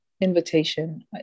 Invitation